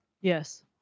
Yes